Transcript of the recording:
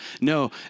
No